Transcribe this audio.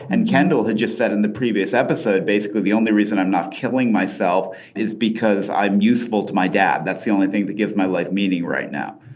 and kendall had just said in the previous episode basically the only reason i'm not killing myself is because i'm useful to my dad. that's the only thing that gives my life meaning right now.